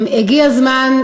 הגיע הזמן,